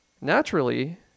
naturally